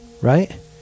right